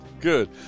good